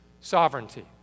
sovereignty